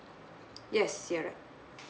yes you are right